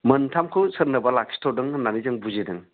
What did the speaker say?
मोनथामखौ सोरनोबा लाखिथ'दों होननानै जों बुजिदों